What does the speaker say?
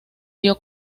dio